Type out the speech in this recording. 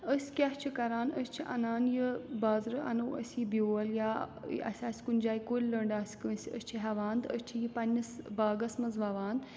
أسۍ کیٛاہ چھِ کَران أسۍ چھِ اَنان یہِ بازرٕ اَنو أسۍ یہِ بیول یا یہِ اَسہِ آسہِ کُنہِ جایہِ کُلۍ لٔنٛڈ آسہِ کٲنٛسہِ أسۍ چھِ ہٮ۪وان تہٕ أسۍ چھِ یہِ پنٛنِس باغَس منٛز وَوان